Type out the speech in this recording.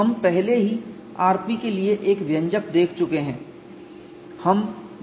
हम पहले ही rp के लिए एक व्यंजक देख चुके हैं